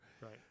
Right